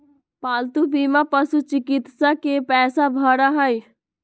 पालतू बीमा पशुचिकित्सा के पैसा भरा हई